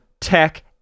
Tech